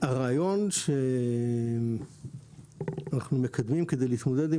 הרעיון שאנחנו מקדמים כדי להתמודד עם